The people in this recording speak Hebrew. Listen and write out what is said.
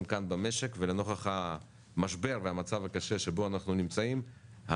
כאן במשק ולנוכח המשבר והמצב הקשה שבו אנחנו נמצאים,